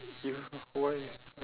you why